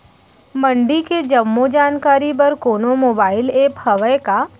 मंडी के जम्मो जानकारी बर कोनो मोबाइल ऐप्प हवय का?